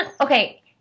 okay